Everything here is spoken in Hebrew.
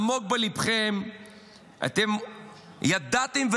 עמוק בליבכם אתם ידעתם,